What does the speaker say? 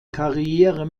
karriere